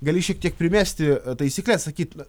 gali šiek tiek primesti taisykles sakyt